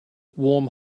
warm